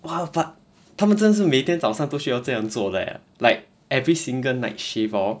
!wah! fuck 他们真是每天早上都需要这样做 leh like every single night shift hor